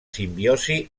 simbiosi